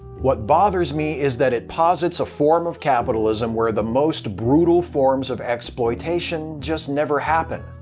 what bothers me is that it posits a form of capitalism where the most brutal forms of exploitation just never happen.